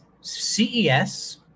CES